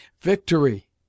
VICTORY